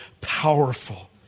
powerful